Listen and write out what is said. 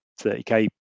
30k